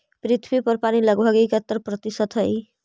पृथ्वी पर पानी लगभग इकहत्तर प्रतिशत हई